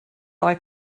lie